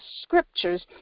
scriptures